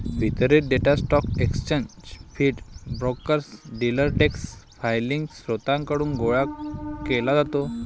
वितरित data stock exchange feed, brokers, dealer desk filing स्त्रोतांकडून गोळा केला जातो